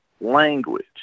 language